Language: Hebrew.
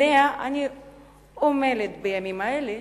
שעליה אני עמלה בימים אלה,